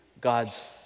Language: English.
God's